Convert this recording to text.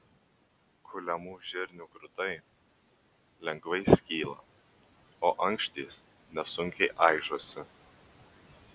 kuliamų žirnių grūdai lengvai skyla o ankštys nesunkiai aižosi